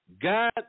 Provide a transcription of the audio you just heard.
God